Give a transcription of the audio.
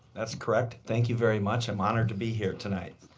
that's correct. thank you very much. i'm honored to be here tonight.